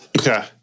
Okay